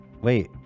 Wait